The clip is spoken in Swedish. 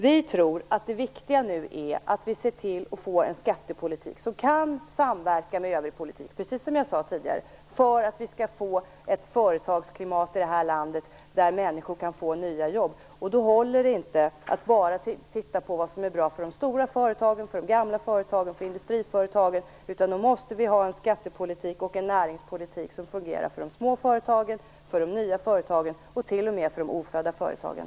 Vi tror att det viktiga nu är att se till att det blir en skattepolitik som kan samverka med övrig politik, precis som jag tidigare sade, för att man skall få ett företagsklimat i det här landet där människor kan få nya jobb. Då håller det inte att bara se på vad som är bra för de stora företagen, för de gamla företagen och för industriföretagen. Man måste ha en skattepolitik och en näringspolitik som fungerar för de små företagen, för de mindre företagen och t.o.m. för de ofödda företagen.